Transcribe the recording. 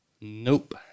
Nope